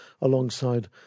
alongside